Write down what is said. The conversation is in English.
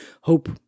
Hope